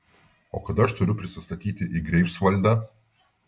o kada aš turiu prisistatyti į greifsvaldą